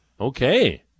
Okay